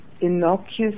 innocuous